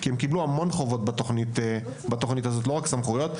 כי הם קיבלו המון חובות בתכנית הזו; לא רק סמכויות.